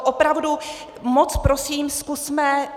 Opravdu moc prosím zkusme...